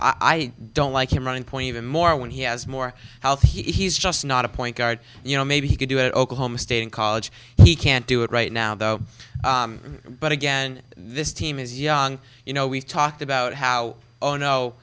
i don't like him running point even more when he has more health he's just not a point guard you know maybe he can do it oklahoma state college he can't do it right now though but again this team is young you know we've talked about how ohno